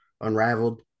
unraveled